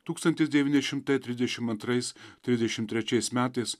tūkstantis devyni šimtai trisdešim antrais trisdešim trečiais metais